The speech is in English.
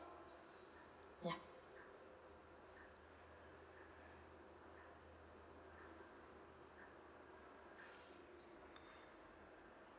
ya